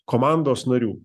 komandos narių